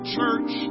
church